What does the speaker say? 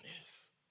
Yes